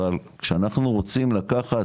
אבל כשאנחנו רוצים לקחת,